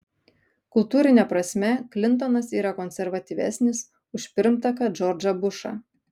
kultūrine prasme klintonas yra konservatyvesnis už pirmtaką džordžą bušą